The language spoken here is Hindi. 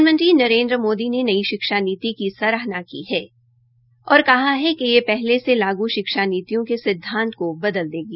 प्रधानमंत्री नरेन्द्र मोदी ने नई शिक्षा नीति की सराहना की है और कहा है कि यह पहले से लागू शिक्षा नीतियों के सिद्धांत को बदल देगी